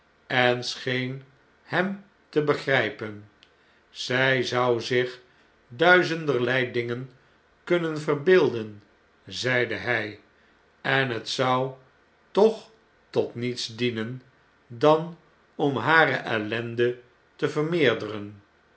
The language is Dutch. en scheen hem te begrgpen zij zou zich duizenderlei dingen kunnen verbeelden zeide hij en het zou toch tot niets dienen dan om hare ellende te vermeerderen